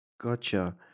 Gotcha